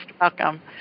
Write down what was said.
welcome